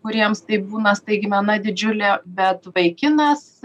kuriems tai būna staigmena didžiulė bet vaikinas